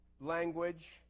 language